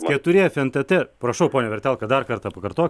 keturi fntt prašau pone vertelka dar kartą pakarto